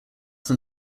them